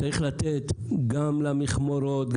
צריך לתת גם למכמורות,